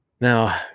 Now